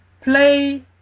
play